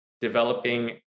developing